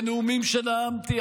ונאומים שנאמתי,